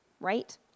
right